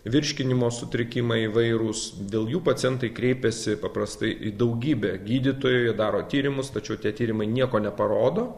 virškinimo sutrikimai įvairūs dėl jų pacientai kreipiasi paprastai į daugybę gydytojų jie daro tyrimus tačiau tie tyrimai nieko neparodo